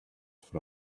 for